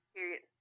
Period